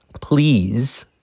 please